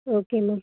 okay ma'am